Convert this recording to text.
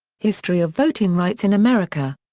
history of voting rights in america.